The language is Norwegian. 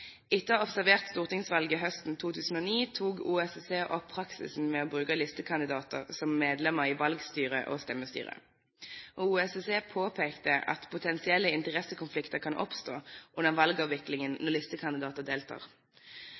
Etter å ha observert stortingsvalget høsten 2009 tok OSSE opp praksisen med å bruke listekandidater som medlemmer i valgstyret og stemmestyrer. OSSE påpekte at potensielle interessekonflikter kan oppstå under valgavviklingen når listekandidater deltar.